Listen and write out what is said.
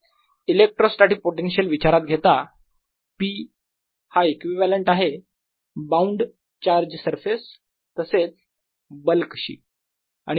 electrostatic potential विचारात घेता p हा इक्विवलेंट आहे बाउंड चार्ज सरफेस तसेच बल्क शी